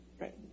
Right